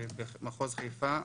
במחוז חיפה,